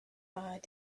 high